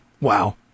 Wow